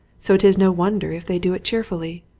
so it is no wonder if they do it cheerfully.